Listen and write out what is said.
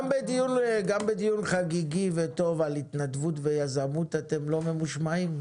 גם בדיון חגיגי וטוב על התנדבות ויזמות אתם לא ממושמעים?